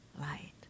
light